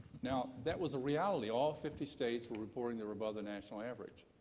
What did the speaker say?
now, that was a reality. all fifty states were reporting they were above the national average.